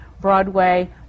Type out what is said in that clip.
Broadway